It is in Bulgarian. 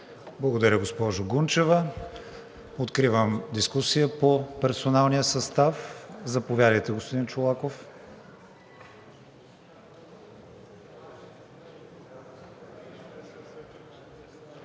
Благодаря, госпожо Гунчева. Откривам дискусия по персоналния състав. Заповядайте, господин Чолаков.